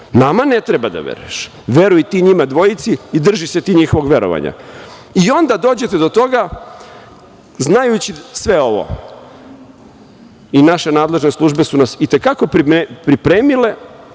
Nama ne treba da veruješ. Veruj ti njima dvojici i drži se ti njihovog verovanja. Onda dođete do toga, znajući sve ovo i naše nadležne službe su nas i te kako pripremile